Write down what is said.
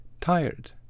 tired